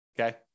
okay